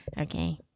Okay